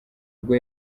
ubwo